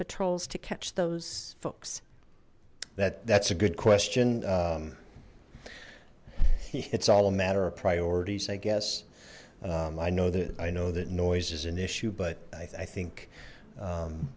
patrols to catch those four that that's a good question it's all a matter of priorities i guess i know that i know that noise is an issue but i think